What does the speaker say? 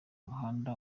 umuhanda